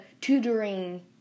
tutoring